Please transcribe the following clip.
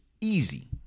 Easy